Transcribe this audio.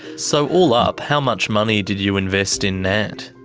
so all up, how much money did you invest in nant